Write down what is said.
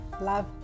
Love